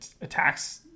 attacks